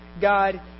God